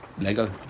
Lego